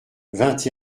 vingt